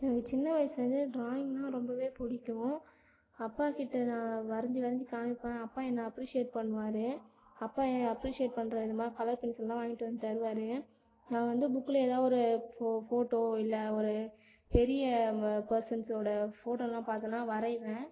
எனக்கு சின்ன வயசுலேருந்தே ட்ராயிங்னால் ரொம்பவே பிடிக்கும் அப்பாக்கிட்ட நான் வரைஞ்சி வரைஞ்சி காமிப்பேன் அப்பா என்னை அப்ரிஷியேட் பண்ணுவார் அப்பா என்ன அப்ரிஷியேட் பண்ணுற விதமா கலர் பென்சில்லாம் வாங்கிட்டு வந்து தருவார் நான் வந்து புக்கில் எதாது ஒரு ஃபோ ஃபோட்டோ இல்லை ஒரு பெரிய பர்சன்ஸோட ஃபோட்டோலாம் பார்த்தேன்னா வரையுவேன்